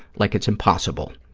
like it's impossible.